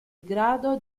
grado